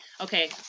okay